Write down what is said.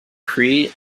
cree